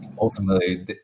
ultimately